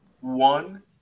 one